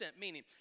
Meaning